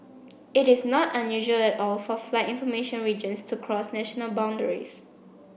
it is not unusual at all for flight information regions to cross national boundaries